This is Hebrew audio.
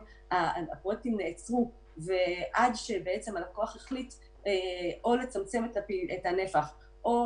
הפרויקטים נעצרו ועד שהלקוח החליט לצמצם את הנפח או